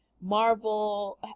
Marvel